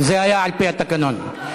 זה היה על-פי התקנון.